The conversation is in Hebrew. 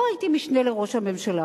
לא הייתי משנה לראש הממשלה,